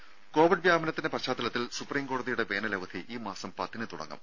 ദേദ കോവിഡ് വ്യാപനത്തിന്റെ പശ്ചാത്തലത്തിൽ സുപ്രീംകോടതിയുടെ വേനലവധി ഈമാസം പത്തിന് തുടങ്ങും